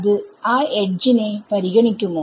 അത് ആ എഡ്ജ് നെ പരിഗണിക്കുമോ